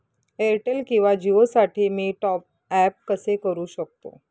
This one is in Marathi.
एअरटेल किंवा जिओसाठी मी टॉप ॲप कसे करु शकतो?